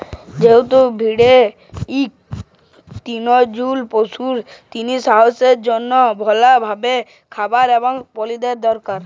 যেহেতু ভেড়া ইক তৃলভজী পশু, তাদের সাস্থের জনহে ভাল ভাবে খাবার এবং পালি দরকার